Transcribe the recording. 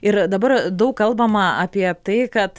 ir dabar daug kalbama apie tai kad